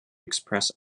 express